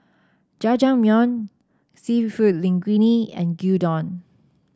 Jajangmyeon seafood Linguine and Gyudon